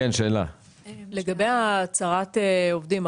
לגבי הצהרת עובדים,